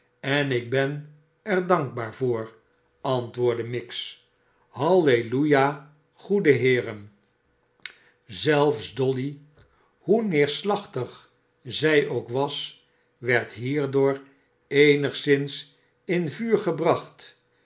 en ik ben er dankbaar voor antwoordde miggs halleluja goede heeren zelfs dolly hoe neerslachtig zij ook was werd hierdoor eenigsins in vuur gebracht